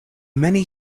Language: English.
many